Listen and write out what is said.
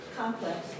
complex